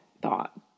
thought